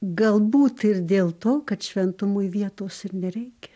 galbūt ir dėl to kad šventumui vietos ir nereikia